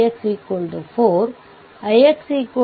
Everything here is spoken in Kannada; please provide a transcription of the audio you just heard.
ಈಗ VTheveninಎಂ ದರೇನು ಎಂಬುದನ್ನು ಕಂಡುಹಿಡಿಯಬೇಕು